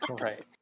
Right